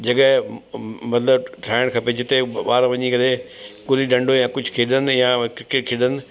जॻह मतिलबु ठाहिणु खपे जिते ॿार वञी करे गुल्ली डंडो या कुझु खेॾण या क्रिकेट खेॾण